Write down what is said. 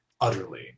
utterly